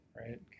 Right